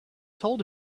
told